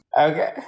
Okay